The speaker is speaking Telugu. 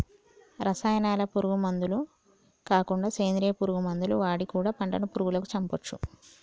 రసాయనాల పురుగు మందులు కాకుండా సేంద్రియ పురుగు మందులు వాడి కూడా పంటను పురుగులను చంపొచ్చు